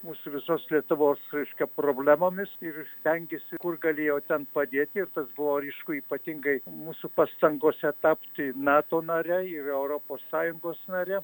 mūsų visos lietuvos reiškia problemomis ir stengėsi kur galėjo ten padėti ir tas buvo ryšku ypatingai mūsų pastangose tapti nato nare ir europos sąjungos nare